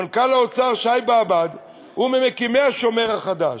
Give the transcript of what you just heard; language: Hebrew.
מנכ"ל האוצר שי באב"ד הוא ממקימי "השומר החדש",